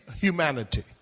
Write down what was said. humanity